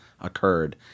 occurred